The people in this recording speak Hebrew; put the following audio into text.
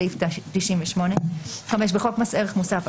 סעיף 98. בחוק מס ערך מוסף,